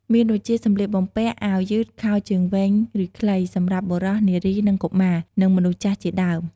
មានដូចជា សម្លៀកបំពាក់ អាវយឺត ខោជើងវែងឬខ្លី សម្រាប់បុរស នារី និងកុមារ និងមនុស្សចាស់ជាដើម។